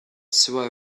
swell